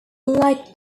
like